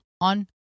on